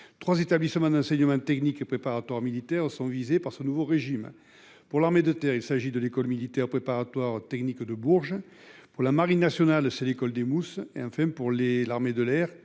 3 établissements d'enseignement technique préparatoire militaires sont visés par ce nouveau régime. Pour l'armée de terre, il s'agit de l'école militaire préparatoire technique de Bourges pour la marine nationale, c'est l'école des mousses et enfin pour les, l'armée de l'air